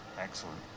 Excellent